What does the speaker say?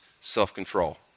self-control